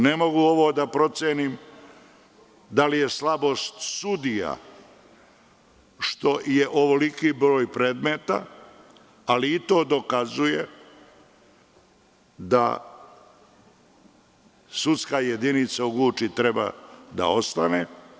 Ne mogu da procenim da li je slabost sudija što je ovoliki broj predmeta, ali i to dokazuje da sudska jedinica u Guči treba da ostane.